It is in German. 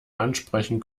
ansprechen